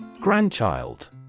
Grandchild